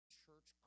church